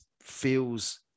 feels